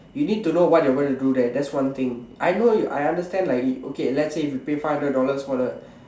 you need to know what you're going to do there that's one thing I know you I understand like okay let's say if you pay five hundred dollars for the